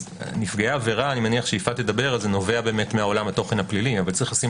נפגעי עבירה נובע מעולם התוכן הפלילי אבל יש לשים